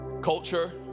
culture